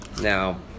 Now